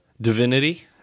Divinity